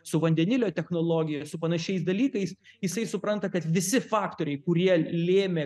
su vandenilio technologija su panašiais dalykais jisai supranta kad visi faktoriai kurie lėmė